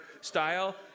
style